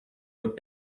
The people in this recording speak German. man